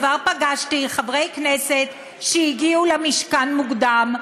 ב-07:00, כבר פגשתי חברי כנסת שהגיעו למשכן מוקדם.